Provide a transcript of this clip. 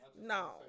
No